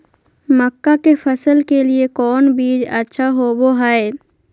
मक्का के फसल के लिए कौन बीज अच्छा होबो हाय?